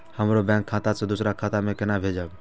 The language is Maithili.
हमरो बैंक खाता से दुसरा खाता में केना भेजम?